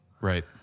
Right